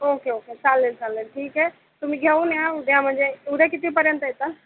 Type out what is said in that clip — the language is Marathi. ओके ओके चालेल चालेल ठीक आहे तुम्ही घेऊन या उद्या म्हणजे उद्या कितीपर्यंत येता